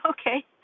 Okay